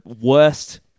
worst